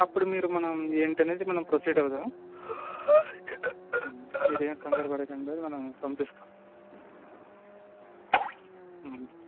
ఇప్పుడు మీరు మనం ఏంటనేది మనం ప్రొసీడ్ అవుదాం మీరేమి కంగారు పడకండి మనం పంపిస్తాం